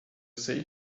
sei